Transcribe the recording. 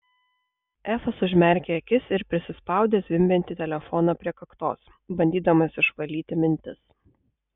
efas užmerkė akis ir prisispaudė zvimbiantį telefoną prie kaktos bandydamas išvalyti mintis